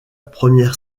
première